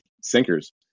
sinkers